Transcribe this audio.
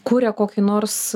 kuria kokį nors